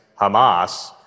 Hamas